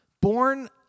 born